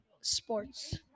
sports